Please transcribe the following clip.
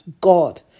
God